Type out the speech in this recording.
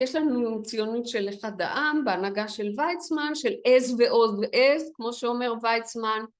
יש לנו ציונות של אחד העם בהנהגה של ויצמן, של עז ועו עז, כמו שאומר ויצמן.